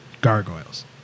Gargoyles